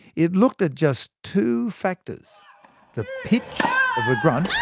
it looked at just two factors the pitch of the grunt,